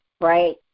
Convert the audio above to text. right